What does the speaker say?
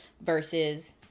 versus